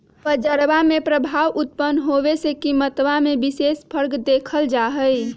बजरवा में प्रभाव उत्पन्न होवे से कीमतवा में विशेष फर्क के देखल जाहई